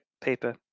paper